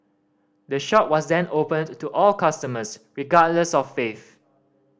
the shop was then opened to to all customers regardless of faith